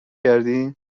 کردی